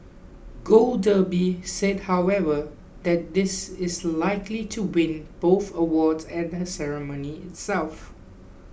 gold Derby said however that this is likely to win both awards at the ceremony itself